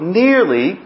nearly